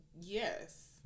Yes